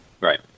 right